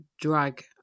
drag